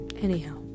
Anyhow